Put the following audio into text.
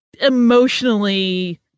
emotionally